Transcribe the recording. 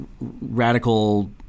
radical